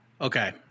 Okay